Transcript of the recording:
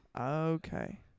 Okay